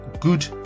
good